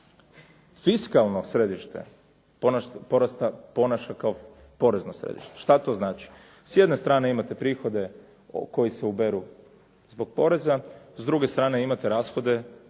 fiskalno središte porasta, ponaša kao porezno središte. Šta to znači? S jedne strane imate prihode koji se uberu zbog poreza, s druge strane imate rashode